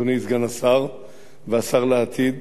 אדוני סגן השר והשר לעתיד,